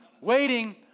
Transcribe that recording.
waiting